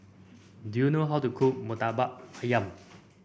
do you know how to cook murtabak ayam